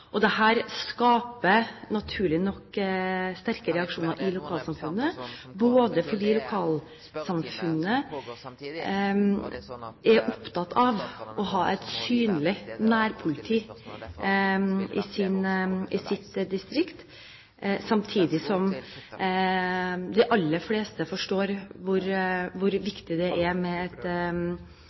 skaper naturlig nok sterke reaksjoner i lokalsamfunnene, både fordi man der er opptatt av å ha et synlig nærpoliti i sitt distrikt, samtidig som de aller fleste forstår hvor viktig det er med et